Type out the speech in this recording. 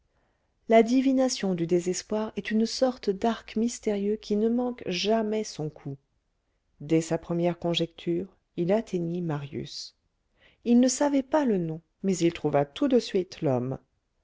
la divination du désespoir est une sorte d'arc mystérieux qui ne manque jamais son coup dès sa première conjecture il atteignit marius il ne savait pas le nom mais il trouva tout de suite l'homme